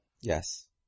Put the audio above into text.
yes